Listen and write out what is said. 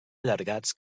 allargats